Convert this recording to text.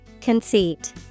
Conceit